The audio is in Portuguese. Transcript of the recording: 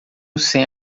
sem